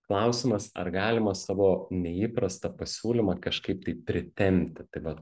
klausimas ar galima savo neįprastą pasiūlymą kažkaip tai pritempti tai va